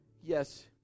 Yes